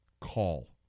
call